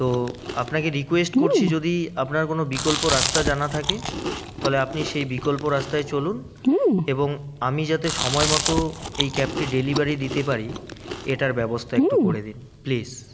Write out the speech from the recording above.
তো আপনাকে রিকোয়েস্ট করছি যদি আপনার কোনো বিকল্প রাস্তা জানা থাকে তাহলে আপনি সেই বিকল্প রাস্তায় চলুন এবং আমি যাতে সময়মতো এই ক্যাবটি ডেলিভারি দিতে পারি এটার ব্যবস্থা একটু করে দিন প্লিজ